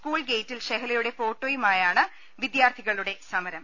സ് കൂൾഗെയിറ്റിൽ ഷെഹലയുടെ ഫോട്ടോയുമായാണ് വിദ്യാർത്ഥികളുടെ സമരം